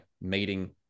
meeting